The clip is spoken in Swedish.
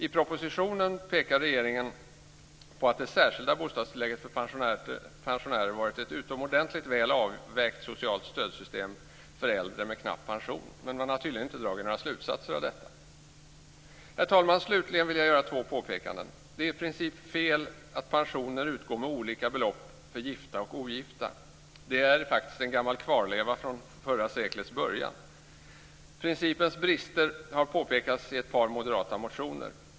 I propositionen pekar regeringen på att det särskilda bostadstillägget för pensionärer varit ett utomordentligt väl avvägt socialt stödsystem för äldre med knapp pension, men man har tydligen inte dragit några slutsatser av detta. Herr talman! Slutligen vill jag göra två påpekanden. Det är i princip fel att pensioner utgår med olika belopp för gifta och ogifta. Det är faktiskt en gammal kvarleva från förra seklets början. Principens brister har påpekats i ett par moderata motioner.